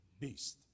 beast